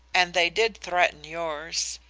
and they did threaten yours.